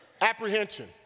apprehension